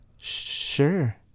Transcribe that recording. Sure